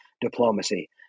diplomacy